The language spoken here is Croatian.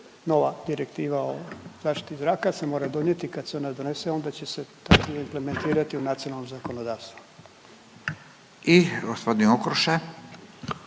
nova direktiva o zaštiti zraka se mora donijeti. Kad se ona donese onda će se implementirati u nacionalno zakonodavstvo. **Radin, Furio